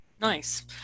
Nice